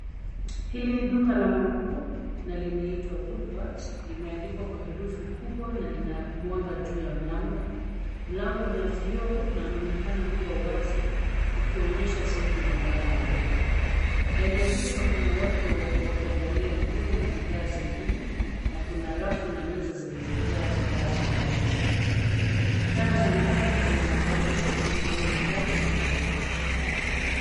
Hili ni duka la manguo na linaitwa WOOLWORTHS limeandikwa kwa herufi kubwa na lina mwanga juu ya mlango. Mlango una vioo na unaonekana kua wazi ukionyesha sehemu ya ndani ya duka. Ndani ya duka kuna watu wakiangalia nguo na bidhaa zingine na kuna rafu na meza zilizojaa bidhaa za mauzo. Taa za ndani zinaangaza vizuri sehemu ya ndani ya duka.